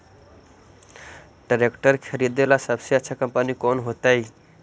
Tractor खरीदेला सबसे अच्छा कंपनी कौन होतई?